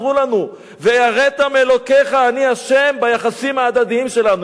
"ויראת מאלוקיך, אני ה'" ביחסים ההדדיים שלנו.